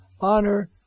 honor